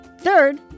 third